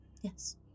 Yes